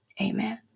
amen